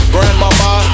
Grandmama